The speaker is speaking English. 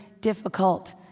difficult